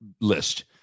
list